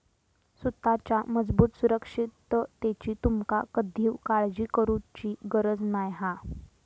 सुताच्या मजबूत सुरक्षिततेची तुमका कधीव काळजी करुची गरज नाय हा